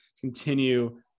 continue